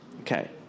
Okay